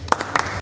Hvala.